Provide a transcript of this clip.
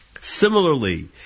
Similarly